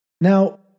Now